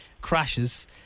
crashes